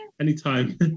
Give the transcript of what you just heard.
anytime